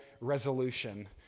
resolution